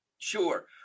sure